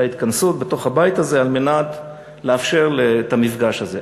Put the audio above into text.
ההתכנסות בתוך הבית הזה על מנת לאפשר את המפגש הזה.